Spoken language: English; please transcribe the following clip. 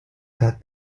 that